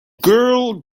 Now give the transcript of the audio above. girl